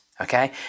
Okay